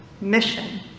mission